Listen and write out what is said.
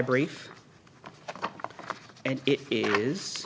brief and it is